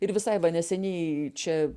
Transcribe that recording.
ir visai va neseniai čia